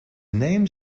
name